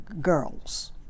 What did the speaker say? girls